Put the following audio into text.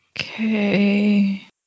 Okay